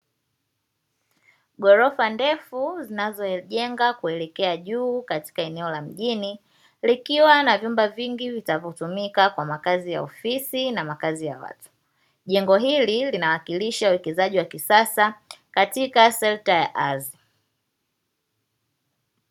Ghorofa ndefu zinazojengwa kuelekea juu katika eneo la mjini likiwa na vyumba vingi vitakavyotumika kwa makazi ya ofisi na makazi ya watu, jengo hili linawakilisha uwekezaji wa kisasa katika sekta ya ardhi.